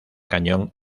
cañón